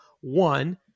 one